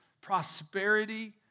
prosperity